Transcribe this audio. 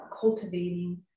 cultivating